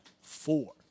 four